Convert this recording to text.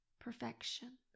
perfection